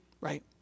Right